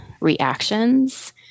reactions